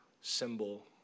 symbol